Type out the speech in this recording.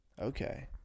okay